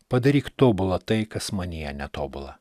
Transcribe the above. padaryk tobulą tai kas manyje netobula